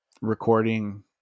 recording